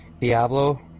Diablo